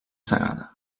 cegada